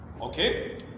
Okay